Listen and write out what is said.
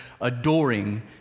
adoring